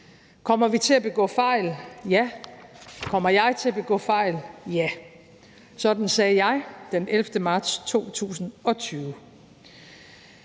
Kommer vi til at begå fejl? Ja. Kommer jeg til at begå fejl? Ja. Sådan sagde jeg den 11. marts 2020.